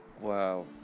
Wow